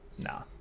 nah